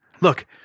Look